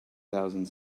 thousand